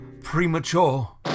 premature